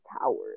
towers